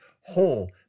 whole